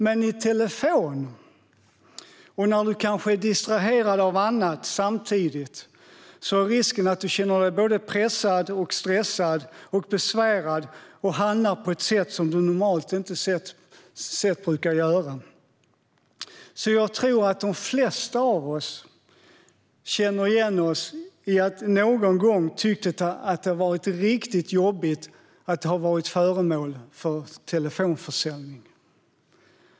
Men i telefon, när man kanske är distraherad av annat samtidigt, finns det en risk för att man känner sig både stressad och besvärad och handlar på ett sätt som man normalt inte skulle handla på. Jag tror att de flesta av oss känner igen sig: Vi har alla någon gång tyckt att det varit riktigt jobbigt att bli utsatt för telefonförsäljning.